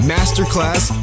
Masterclass